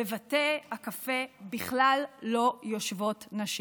בבתי הקפה בכלל לא יושבות נשים,